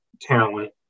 talent